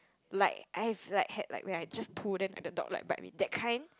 like I have like had like where I just pull than at the dog like but me that kinds